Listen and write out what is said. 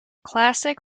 classic